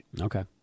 Okay